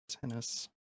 Tennis